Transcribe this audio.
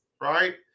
right